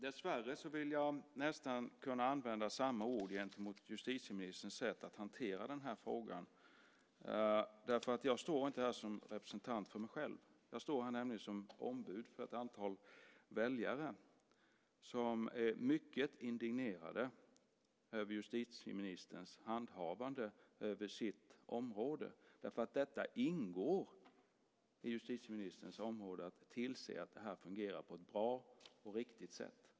Dessvärre kan jag nästan använda samma ord om justitieministerns sätt att hantera den här frågan. Jag står inte här som representant för mig själv. Jag står här som ombud för ett antal väljare som är mycket indignerade över justitieministerns handhavande av sitt område. Det ingår i justitieministerns område att tillse att det här fungerar på ett bra och riktigt sätt.